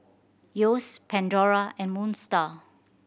Yeo's Pandora and Moon Star